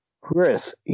Chris